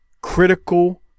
critical